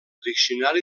diccionari